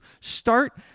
start